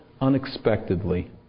unexpectedly